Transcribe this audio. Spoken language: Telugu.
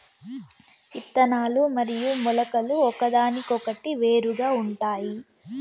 ఇత్తనాలు మరియు మొలకలు ఒకదానికొకటి వేరుగా ఉంటాయి